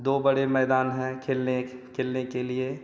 दो बड़े मैदान है खेलने खेलने के लिए